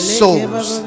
souls